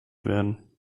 werden